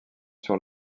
sur